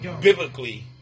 biblically